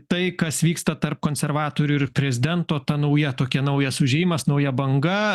tai kas vyksta tarp konservatorių ir prezidento ta nauja tokia naujas užėjimas nauja banga